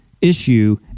issue